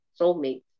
soulmate